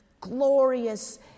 glorious